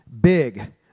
big